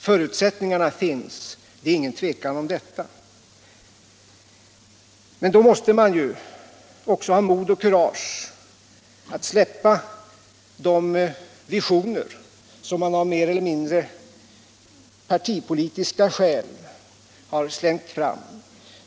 Det råder inget tvivel om att förutsättningarna finns. Då måste man emellertid ha kurage att släppa de visioner som man av mer eller mindre partipolitiska skäl har slängt fram.